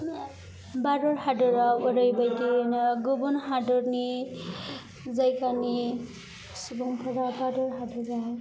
भारत हादरआव ओरैबायदियैनो गुबुन हादरनि जायगानि सुबुंफोरा भारत हादराव